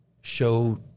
show